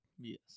Yes